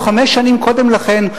או חמש שנים קודם לכן,